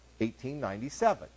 1897